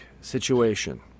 situation